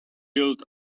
built